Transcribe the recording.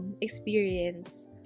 experience